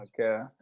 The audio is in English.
Okay